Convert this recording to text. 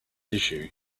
issue